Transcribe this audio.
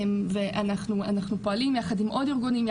ואנחנו פועלים יחד עם עוד הארגונים,